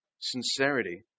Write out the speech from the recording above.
sincerity